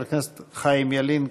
חבר הכנסת חיים ילין,